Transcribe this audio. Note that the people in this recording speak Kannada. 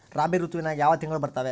ರಾಬಿ ಋತುವಿನ್ಯಾಗ ಯಾವ ತಿಂಗಳು ಬರ್ತಾವೆ?